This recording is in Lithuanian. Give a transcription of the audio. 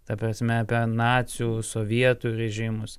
ta prasme apie nacių sovietų režimus